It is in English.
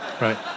Right